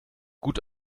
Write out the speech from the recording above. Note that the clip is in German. gut